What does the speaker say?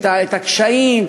את הקשיים,